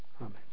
Amen